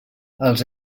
els